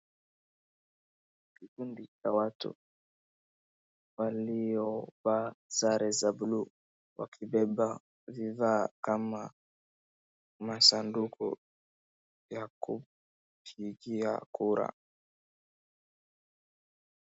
Kikundi cha watu waliovalia sare za buluu wakibeba vifaa kama masanduku yakupigia kura.